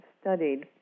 studied